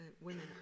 women